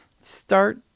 start